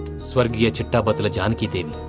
sort of yeah chittapathula janaki devi.